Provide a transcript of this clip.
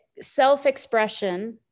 self-expression